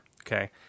Okay